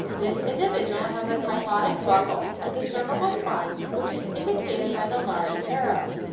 this individual has a kyphotic buckle at the cervical spine, which is indicated by the large arrow.